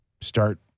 start